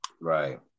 Right